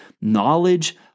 Knowledge